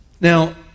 now